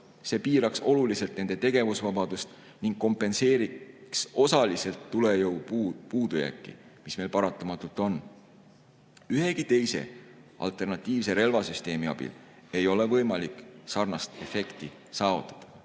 See piiraks oluliselt nende tegevusvabadust ning kompenseeriks osaliselt tulejõu puudujääki, mis meil paratamatult on. Ühegi teise alternatiivse relvasüsteemi abil ei ole võimalik sarnast efekti saavutada.